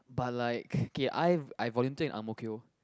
but like okay I I volunteer in Ang-Mo-Kio